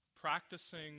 practicing